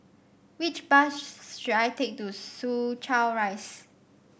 which bus should I take to Soo Chow Rise